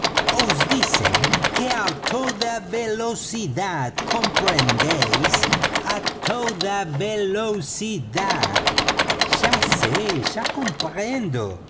dicen que a toda velocidad comprendéis a toda velocidad ya sé ya comprendo